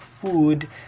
food